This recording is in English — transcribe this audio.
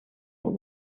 but